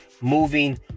Moving